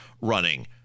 running